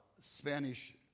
Spanish